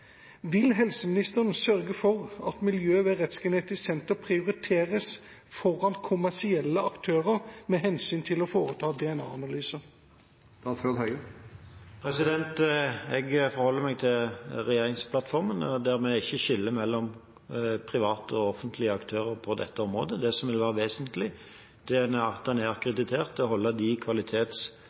vil helseministeren sørge for at miljøet ved Rettsgenetisk senter prioriteres foran kommersielle aktører med hensyn til å foreta DNA-analyser? Jeg forholder meg til regjeringsplattformen, der vi ikke skiller mellom private og offentlige aktører på dette området. Det som jo er vesentlig, er at en er